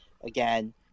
again